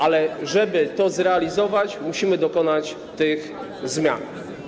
Ale żeby to zrealizować, musimy dokonać tych zmian.